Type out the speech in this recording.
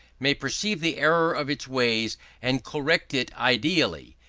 may perceive the error of its ways and correct it ideally,